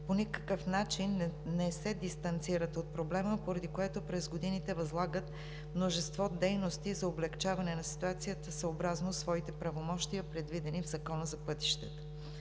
по никакъв начин не се дистанцират от проблема, поради което през годините възлагат множество дейности за облекчаване на ситуацията съобразно своите правомощия, предвидени в Закона за пътищата.